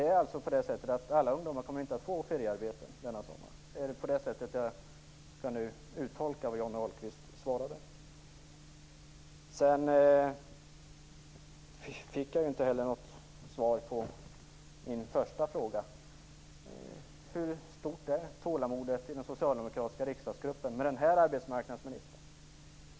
Är det på det sättet att alla ungdomar inte kommer att få feriearbete denna sommar? Är det på det sättet jag skall uttolka det Johnny Jag fick inte heller något svar på min första fråga. Hur stort är tålamodet i den socialdemokratiska riksdagsgruppen med den arbetsmarknadsminister vi har nu?